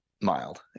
mild